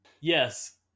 Yes